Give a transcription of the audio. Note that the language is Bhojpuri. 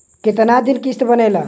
कितना दिन किस्त बनेला?